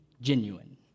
genuine